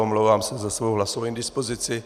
Omlouvám se za svou hlasovou indispozici.